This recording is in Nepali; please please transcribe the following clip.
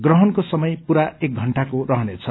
ग्रहणको समय पूरा एक घण्टाको रहनेछ